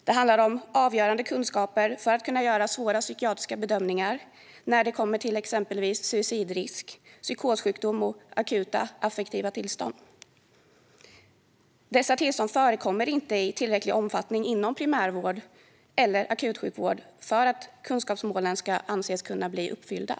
Det handlar om avgörande kunskaper för att kunna göra svåra psykiatriska bedömningar när det gäller till exempel suicidrisk, psykossjukdom och akuta affektiva tillstånd. Dessa tillstånd förekommer inte i tillräcklig omfattning inom primärvård eller akutsjukvård för att kunskapsmålen ska kunna anses bli uppfyllda.